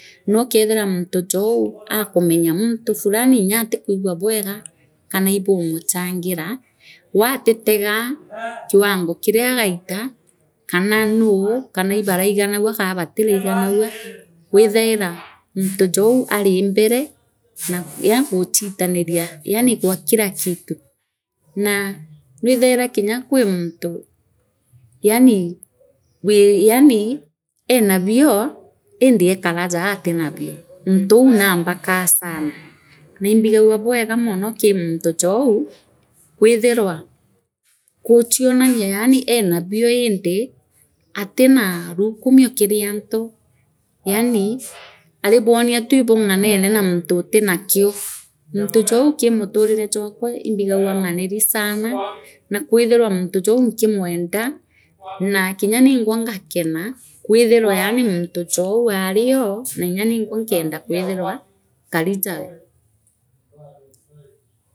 Nookethira muntu jou akamenya muntu Fulani nyaatikwigua bwega kana ibumuchangira wee atitegaa kiwango kiria agaita kana inuu kana ibaraiganagua kana batiraiganagua withaira muntu jou ariembere na yaani guuchitaniria yaani gwa kila kitu na nwithaira kinya kwi muntu yaani wii yaani eenabio indi eekara taa atinabio muntuu nambakaa sana naa imbigagua bwega ki muntu jou kwithirwa guchionaria yaani eerabio indi atina nwikamio kiri antu yaani aribwoni tu ibung’anene na muntu utinakio muntu jou kii mutarire jwakwa imbigagua ng’aniri sana na kwithirwa muntu jou nkimwendaa Naa kinyaningwa ngakena kwithirwa yaani muntu jou ario na nyaningwa nkenda kwithirwa nkari tawe.